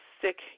sick